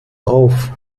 auf